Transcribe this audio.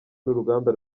n’uruganda